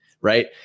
Right